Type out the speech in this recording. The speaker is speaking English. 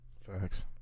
Facts